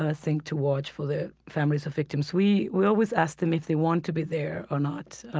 and thing to watch for the families of victims. we we always ask them if they want to be there or not.